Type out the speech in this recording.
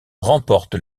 remporte